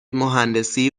مهندسی